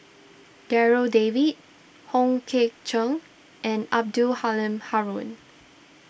Darryl David Hong Ke Chern and Abdul Halim Haron